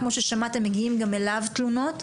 כמו ששמעתם מגיעים גם אליו תלונות.